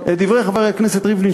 את דברי חבר הכנסת ריבלין,